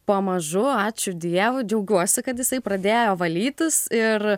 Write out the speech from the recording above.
pamažu ačiū dievui džiaugiuosi kad jisai pradėjo valytis ir